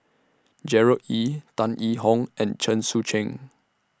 Gerard Ee Tan Yee Hong and Chen Sucheng